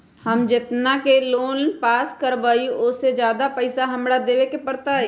हम जितना के लोन पास कर बाबई ओ से ज्यादा पैसा हमरा देवे के पड़तई?